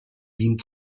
wien